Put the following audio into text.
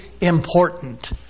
important